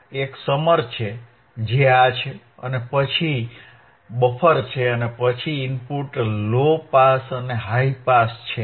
1 summer છે જે આ છે અને પછી બફર છે અને પછી ઇનપુટ લો પાસ અને હાઇ પાસ છે